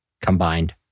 combined